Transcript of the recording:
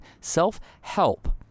self-help